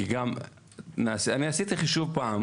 כי גם אני עשיתי חישוב פעם,